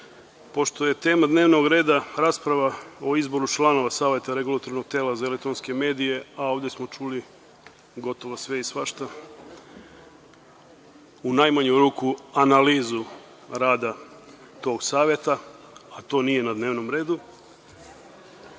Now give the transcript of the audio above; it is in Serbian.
pošto je tema dnevnog reda rasprava o izboru članova Savete REM-a, a ovde smo čuli gotovo sve i svašta, u najmanju ruku analizu rada tog saveta, a to nije na dnevnom redu.